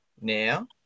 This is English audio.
now